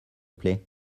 plait